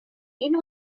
این